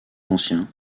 ancien